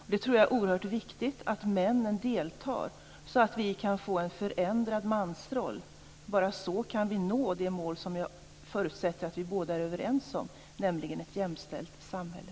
Jag tror att det är oerhört viktigt att männen deltar, så att vi kan få en förändrad mansroll. Bara så kan vi nå det mål som jag förutsätter att vi båda är överens om, nämligen ett jämställt samhälle.